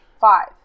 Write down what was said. five